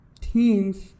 teams